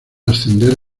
ascender